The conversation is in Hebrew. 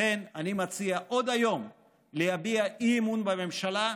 לכן אני מציע עוד היום להביע אי-אמון בממשלה,